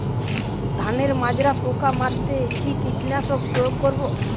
ধানের মাজরা পোকা মারতে কি কীটনাশক প্রয়োগ করব?